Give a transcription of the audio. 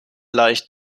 leicht